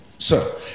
Sir